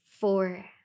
four